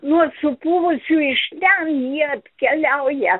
nuo supuvusių iš ten jie atkeliauja